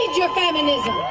your feminism